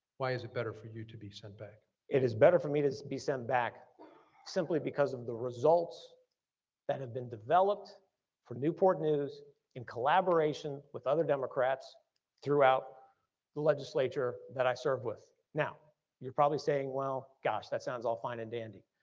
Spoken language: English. why is it better for you to be sent back. it is better for me to be sent back simply because of the results that have been developed for newport news in collaboration with other democrats throughout the legislature that i served with. now you're probably saying well, gosh that sounds all fine and dandy.